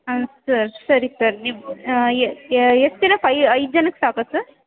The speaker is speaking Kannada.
ಹಾಂ ಸರ್ ಸರಿ ಸರ್ ನೀವು ಎಷ್ಟು ಜನ ಫೈ ಐದು ಜನಕ್ಕೆ ಸಾಕ ಸರ್